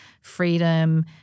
freedom